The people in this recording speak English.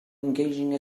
engaging